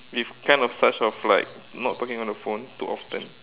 we've kind of such of like not talking on the phone too often